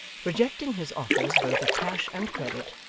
rejecting his offers both of cash and credit,